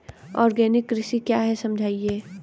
Organic कृषि क्या है समझाइए?